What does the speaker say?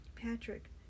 Patrick